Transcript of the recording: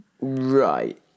right